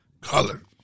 Colored